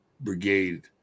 brigade